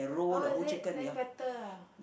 oh is it then better ah